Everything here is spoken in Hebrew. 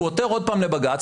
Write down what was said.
הוא עותר עוד פעם לבג"ץ,